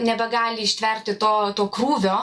nebegali ištverti to to krūvio